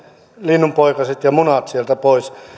linnunpoikaset ja munat sieltä pois